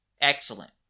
Excellent